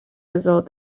result